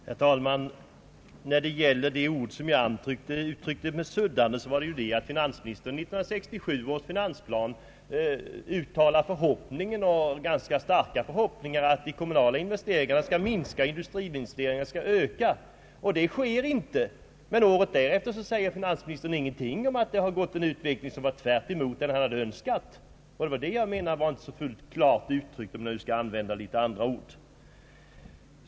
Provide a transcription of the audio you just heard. Herr talman! Anledningen till att jag använde ordet sudda var att finansministern i 1967 års finansplan uttalade ganska starka förhoppningar om att de kommunala investeringarna skulle minska och att industriinvesteringarna skulle öka. En sådan utveckling ägde inte rum, men året därefter säger finansministern ingenting om att utvecklingen gått i motsatt riktning mot den som han hade önskat. Jag menar att detta inte var ett fullt klart uttryck, om vi nu skall använda litet andra ord.